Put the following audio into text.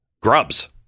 grubs